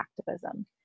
activism